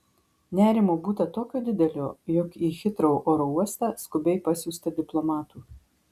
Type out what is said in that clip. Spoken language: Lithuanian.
nerimo būta tokio didelio jog į hitrou oro uostą skubiai pasiųsta diplomatų